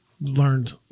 learned